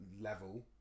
level